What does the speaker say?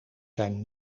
zijn